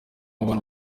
abantu